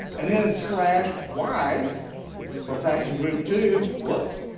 and then slash y for practical group two. whoop,